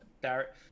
Barrett